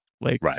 Right